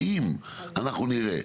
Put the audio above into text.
ואם אנחנו נראה,